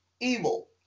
evil